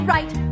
Right